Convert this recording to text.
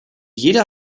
jeder